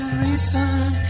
reason